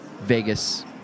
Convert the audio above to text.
vegas